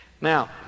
Now